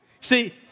See